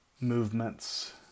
movements